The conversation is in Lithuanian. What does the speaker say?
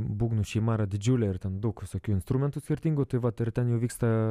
būgnų šeima yra didžiulė ir ten daug visokių instrumentų skirtingų tai vat ir ten jau vyksta